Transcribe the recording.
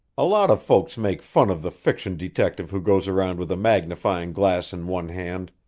a lot of folks make fun of the fiction detective who goes around with a magnifying glass in one hand,